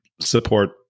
support